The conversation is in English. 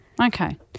Okay